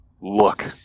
look